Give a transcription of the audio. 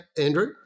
Andrew